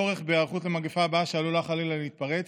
את הצורך בהיערכות למגפה הבאה שעלולה חלילה להתפרץ,